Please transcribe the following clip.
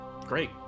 Great